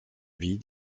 vie